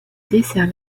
dessert